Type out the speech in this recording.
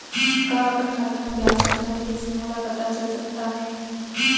का अपन खाता म ब्याज कतना मिलिस मोला पता चल सकता है?